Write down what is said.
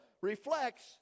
reflects